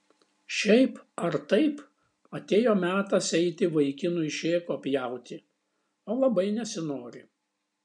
šiaip ar taip atėjo metas eiti vaikinui šėko pjauti o labai nesinori